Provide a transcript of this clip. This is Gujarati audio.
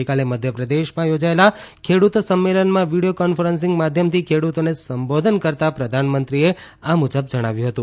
ગઇકાલે મધ્યપ્રદેશમાં યોજાયેલા ખેડૂત સંમેલનમાં વીડિયો કોન્ફરન્સીંગ માધ્યમથી ખેડૂતોને સંબોધતાં પ્રધાનમંત્રીએ આ મુજબ જણાવ્યું હતું